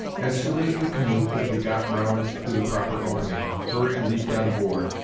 as soon as the canoe could be got round to the proper opening, hurry leaped on board,